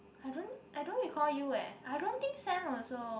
I don't I don't recall you eh I don't think Sam also